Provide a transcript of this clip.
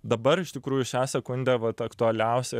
dabar iš tikrųjų šią sekundę vat aktualiausia